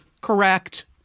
Correct